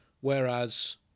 whereas